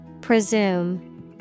Presume